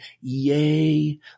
Yay